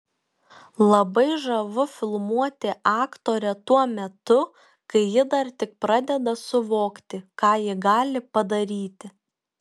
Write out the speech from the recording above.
labai žavu filmuoti aktorę tuo metu kai ji dar tik pradeda suvokti ką ji gali padaryti